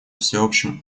всеобщим